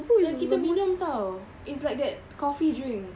yang kita minum [tau] it's like that coffee drink